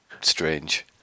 strange